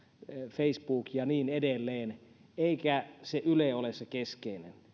facebook ja niin edelleen eikä se yle ole se keskeinen